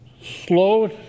slow